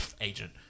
agent